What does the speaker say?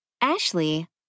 Ashley